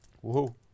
Whoa